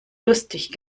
lustig